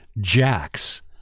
jacks